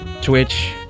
Twitch